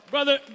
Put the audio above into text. Brother